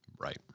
Right